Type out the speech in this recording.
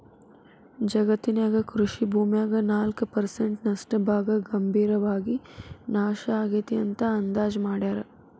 ಜಗತ್ತಿನ್ಯಾಗ ಕೃಷಿ ಭೂಮ್ಯಾಗ ನಾಲ್ಕ್ ಪರ್ಸೆಂಟ್ ನಷ್ಟ ಭಾಗ ಗಂಭೇರವಾಗಿ ನಾಶ ಆಗೇತಿ ಅಂತ ಅಂದಾಜ್ ಮಾಡ್ಯಾರ